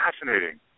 Fascinating